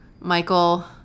Michael